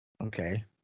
okay